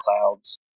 clouds